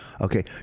Okay